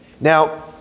Now